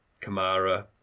Kamara